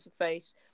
interface